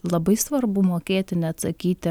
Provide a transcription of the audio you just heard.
labai svarbu mokėti neatsakyti